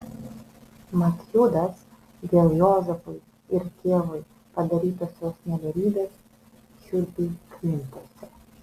mat judas dėl juozapui ir tėvui padarytosios nedorybės šiurpiai krimtosi